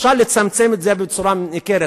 אפשר לצמצם את מספר הניסויים במידה ניכרת.